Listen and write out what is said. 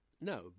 no